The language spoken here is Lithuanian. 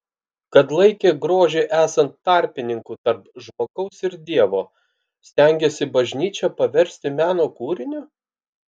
kad laikė grožį esant tarpininku tarp žmogaus ir dievo stengėsi bažnyčią paversti meno kūriniu